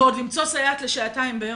ועוד למצוא סייעת לשעתיים ביום.